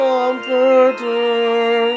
Comforter